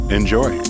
Enjoy